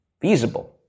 feasible